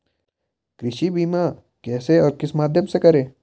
कृषि बीमा कैसे और किस माध्यम से करें?